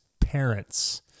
parents